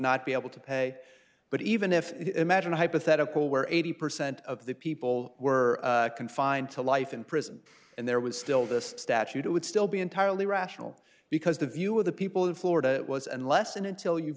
not be able to pay but even if it imagine a hypothetical where eighty percent of the people were confined to life in prison and there was still the statute it would still be entirely rational because the view of the people in florida was unless and until you've